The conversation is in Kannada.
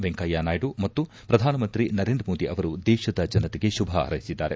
ವೆಂಕಯ್ಮನಾಯ್ದು ಮತ್ತು ಪ್ರಧಾನ ಮಂತ್ರಿ ನರೇಂದ್ರ ಮೋದಿ ಅವರು ದೇಶದ ಜನತೆಗೆ ಶುಭ ಹಾರೈಸಿದ್ದಾರೆ